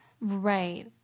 Right